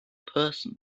person